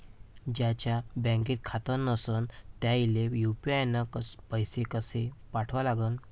ज्याचं बँकेत खातं नसणं त्याईले यू.पी.आय न पैसे कसे पाठवा लागन?